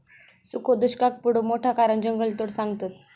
सुखो दुष्काक पडुचा मोठा कारण जंगलतोड सांगतत